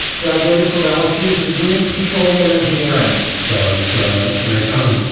graduated from lsu with a degree in petroleum engineering that was very common.